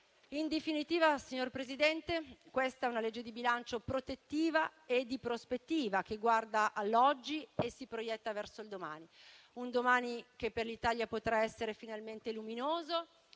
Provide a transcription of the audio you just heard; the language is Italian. In definitiva, signor Presidente, questa è una manovra di bilancio protettiva e di prospettiva, che guarda all'oggi e si proietta verso il domani. Un domani che per l'Italia potrà essere finalmente luminoso,